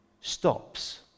stops